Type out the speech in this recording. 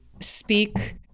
speak